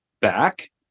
back